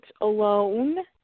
Alone